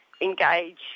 engage